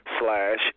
Slash